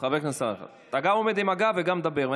חבר הכנסת סלאלחה, אתה גם עומד עם הגב וגם מדבר.